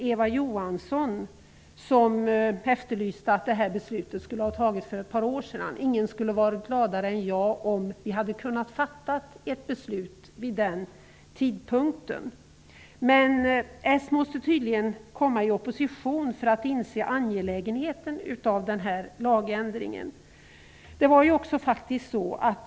Eva Johansson efterlyste att detta beslut skulle ha fattats för några år sedan. Ingen skulle ha varit gladare än jag om ett beslut hade kunnat fattas vid den tidpunkten. Men Socialdemokraterna måste tydligen komma i opposition för att inse angelägenheten i denna lagändring.